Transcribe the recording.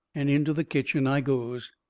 and into the kitchen i goes.